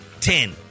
Ten